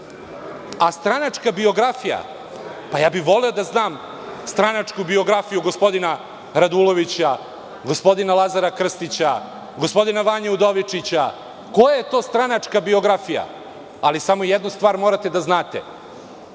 A stranačka biografija, pa ja bih voleo da znam stranačku biografiju gospodina Radulovića, gospodina Lazara Krstića, gospodina Vanje Udovičića. Koja je to stranačka biografija? Ali, samo jednu stvar morate da znate,